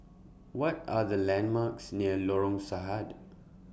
What Are The landmarks near Lorong Sahad